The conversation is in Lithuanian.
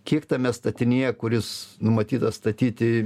kiek tame statinyje kuris numatytas statyti